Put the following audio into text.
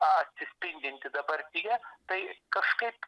atspindinti dabartyje tai kažkaip